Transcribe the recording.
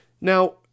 Now